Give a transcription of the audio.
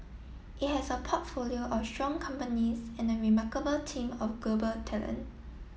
it has a portfolio of strong companies and a remarkable team of global talent